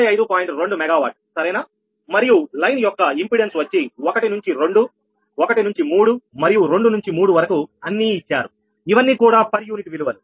2 megawatt మరియు line యొక్క impedance వచ్చి 1 21 3 మరియు 2 3 వరకు అన్నీ ఇచ్చారు ఇవన్నీ కూడా పర్ యూనిట్ విలువలు